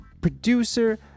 producer